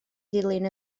ddilyn